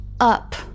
up